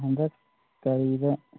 ꯍꯟꯗꯛ ꯀꯔꯤꯗ